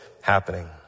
happening